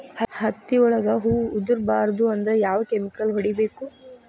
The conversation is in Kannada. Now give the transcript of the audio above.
ಹತ್ತಿ ಒಳಗ ಹೂವು ಉದುರ್ ಬಾರದು ಅಂದ್ರ ಯಾವ ಕೆಮಿಕಲ್ ಹೊಡಿಬೇಕು?